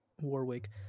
Warwick